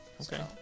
Okay